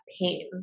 pain